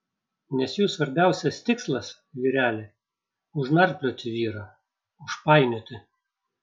nes jų svarbiausias tikslas vyreli užnarplioti vyrą užpainioti